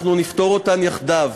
אנחנו נפתור אותן יחדיו.